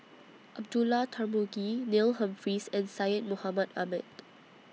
Abdullah Tarmugi Neil Humphreys and Syed Mohamed Ahmed